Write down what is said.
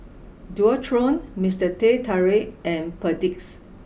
Dualtron Mister Teh Tarik and Perdix